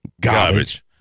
garbage